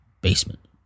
basement